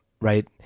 right